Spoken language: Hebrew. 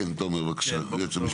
כן, תומר בבקשה, היועץ המשפטי.